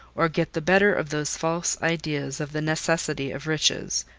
or get the better of those false ideas of the necessity of riches,